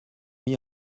mis